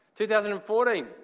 2014